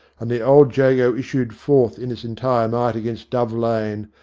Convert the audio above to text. and the old jago issued forth in its entire might against dove lane,